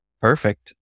perfect